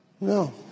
No